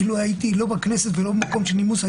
אילו הייתי לא בכנסת ולא במקום של נימוס,